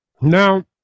now